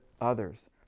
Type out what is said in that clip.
others